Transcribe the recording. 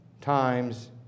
times